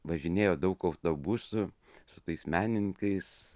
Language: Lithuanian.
važinėjo daug autobusų su tais menininkais